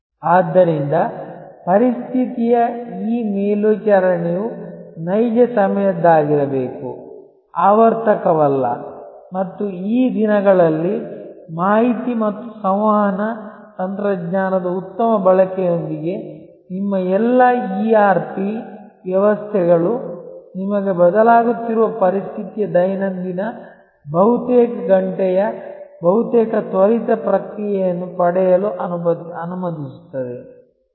ಆದ್ದರಿಂದ ಪರಿಸ್ಥಿತಿಯ ಈ ಮೇಲ್ವಿಚಾರಣೆಯು ನೈಜ ಸಮಯದ್ದಾಗಿರಬೇಕು ಆವರ್ತಕವಲ್ಲ ಮತ್ತು ಈ ದಿನಗಳಲ್ಲಿ ಮಾಹಿತಿ ಮತ್ತು ಸಂವಹನ ತಂತ್ರಜ್ಞಾನದ ಉತ್ತಮ ಬಳಕೆಯೊಂದಿಗೆ ನಿಮ್ಮ ಎಲ್ಲಾ ಇಆರ್ಪಿ ವ್ಯವಸ್ಥೆಗಳು ನಿಮಗೆ ಬದಲಾಗುತ್ತಿರುವ ಪರಿಸ್ಥಿತಿಯ ದೈನಂದಿನ ಬಹುತೇಕ ಗಂಟೆಯ ಬಹುತೇಕ ತ್ವರಿತ ಪ್ರತಿಕ್ರಿಯೆಯನ್ನು ಪಡೆಯಲು ಅನುಮತಿಸುತ್ತದೆ